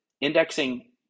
indexing